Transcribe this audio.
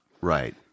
Right